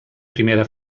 primera